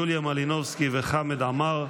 יוליה מלינובסקי וחמד עמאר.